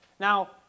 Now